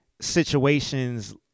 situations